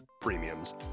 premiums